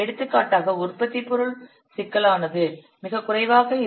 எடுத்துக்காட்டாக உற்பத்திப் பொருள் சிக்கலானது மிகக் குறைவாக இருந்தால் நீங்கள் 0